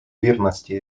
вірності